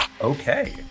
Okay